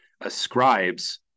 ascribes